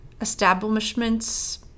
establishments